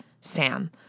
Sam